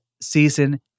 season